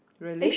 really